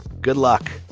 good luck.